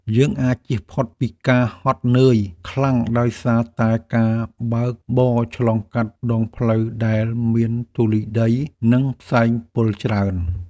យើងអាចជៀសផុតពីការហត់នឿយខ្លាំងដោយសារតែការបើកបរឆ្លងកាត់ដងផ្លូវដែលមានធូលីដី និងផ្សែងពុលច្រើន។